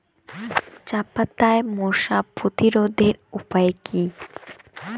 চাপাতায় মশা প্রতিরোধের উপায় কি?